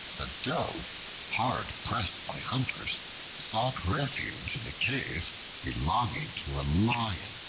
a doe hard pressed by hunters sought refuge in a cave belonging to a lion.